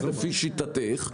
לשיטתך,